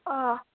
অঁ